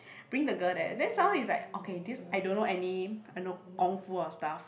bring the girl there then some more is like okay this I don't know any you know kung-fu or stuff